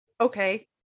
Okay